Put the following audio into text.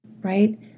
right